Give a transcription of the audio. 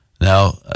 Now